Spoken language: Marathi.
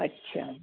अच्छा